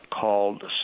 called